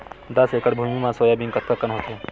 दस एकड़ भुमि म सोयाबीन कतका कन होथे?